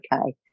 okay